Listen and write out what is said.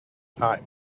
time